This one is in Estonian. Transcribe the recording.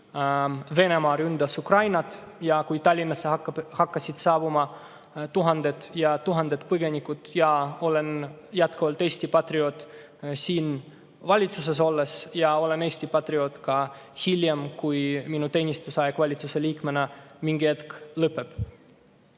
Venemaa ründas Ukrainat, ja kui Tallinnasse hakkasid saabuma tuhanded ja tuhanded põgenikud. Ma olen jätkuvalt Eesti patrioot valitsuses olles ja olen Eesti patrioot ka hiljem, kui minu teenistusaeg valitsuse liikmena mingil hetkel lõpeb.